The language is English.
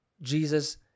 Jesus